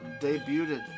debuted